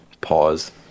Pause